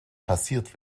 passiert